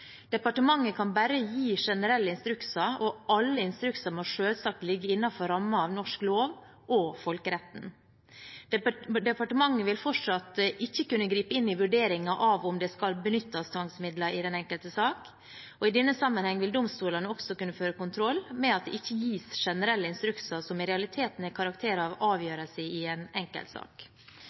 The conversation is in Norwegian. Departementet kan bare gi generelle instrukser, og alle instrukser må selvsagt ligge innenfor rammen av norsk lov og folkeretten. Departementet vil fortsatt ikke kunne gripe inn i vurderinger av om det skal benyttes tvangsmidler i den enkelte sak, og i denne sammenheng vil domstolene også kunne føre kontroll med at det ikke gis generelle instrukser som i realiteten har karakter av avgjørelse i en